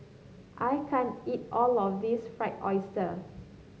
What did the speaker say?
I can't eat all of this Fried Oyster